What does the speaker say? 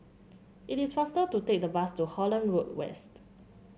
it is faster to take the bus to Holland Road West